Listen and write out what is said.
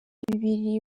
bibiri